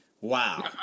Wow